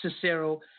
Cicero